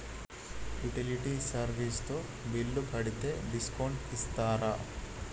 Utility service తో bill కడితే discount ఇస్తరా?